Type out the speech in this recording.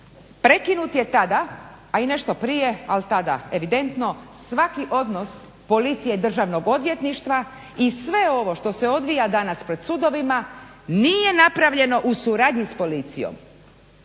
Prekinut je tada, a i nešto prije, ali tada evidentno svaki odnos policije i državnog odvjetništva i sve ovo što se odvija danas pred sudovima nije napravljeno u suradnji s policijom